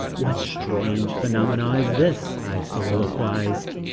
what strange phenomena is this, i soliloquized?